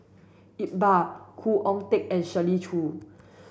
Iqbal Khoo Oon Teik and Shirley Chew